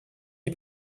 nie